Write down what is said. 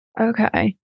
Okay